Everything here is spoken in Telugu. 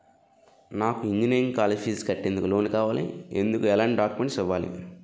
నాకు ఇంజనీరింగ్ కాలేజ్ ఫీజు కట్టేందుకు లోన్ కావాలి, ఎందుకు ఎలాంటి డాక్యుమెంట్స్ ఇవ్వాలి?